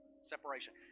separation